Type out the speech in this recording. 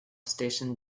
station